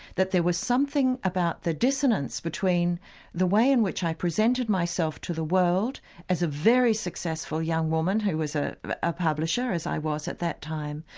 that there was something about the dissonance between the way in which i presented myself to the world as a very successful young woman who was ah a publisher as i was at the time,